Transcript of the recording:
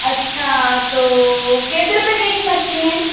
अच्छा तो कितने रुपये के जी मछली है